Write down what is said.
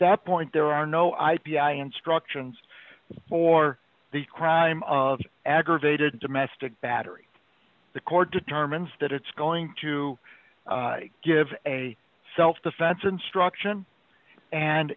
that point there are no i p i instructions for the crime of aggravated domestic battery the court determines that it's going to give a self defense instruction and